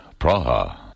Praha